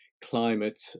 climate